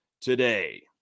today